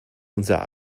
unser